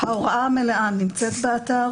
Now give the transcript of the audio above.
ההוראה המלאה נמצאת באתר.